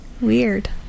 Weird